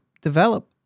develop